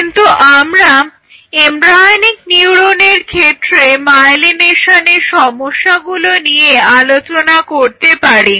কিন্তু আমরা এমব্রায়োনিক নিউরনের ক্ষেত্রে মায়েলিনেশনের সমস্যাগুলো নিয়ে আলোচনা করতে পারি